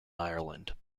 ireland